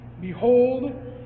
Behold